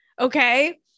Okay